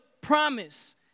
promise